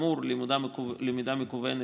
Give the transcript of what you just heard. אבל בכל זאת הממשלה,